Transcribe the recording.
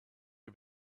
him